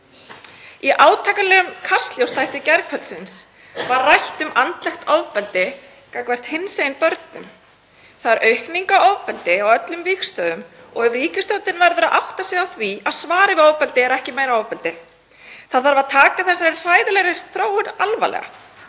Í átakanlegum Kastljóssþætti gærkvöldsins var rætt um andlegt ofbeldi gagnvart hinsegin börnum. Það er aukning á ofbeldi á öllum vígstöðvum og ríkisstjórnin verður að átta sig á því að svarið við ofbeldi er ekki meira ofbeldi. Það þarf að taka þessa hræðilegu þróun alvarlega.